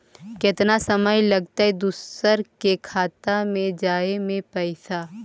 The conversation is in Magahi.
केतना समय लगतैय दुसर के खाता में जाय में पैसा?